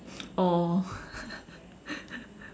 oh